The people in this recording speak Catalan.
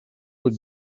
pot